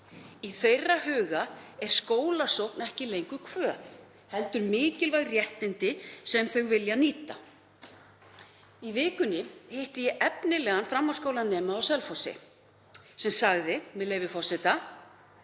Í þeirra huga er skólasókn ekki lengur kvöð heldur mikilvæg réttindi sem þau vilja nýta. Í vikunni hitti ég efnilegan framhaldsskólanema á Selfossi sem sagði: Það eru allir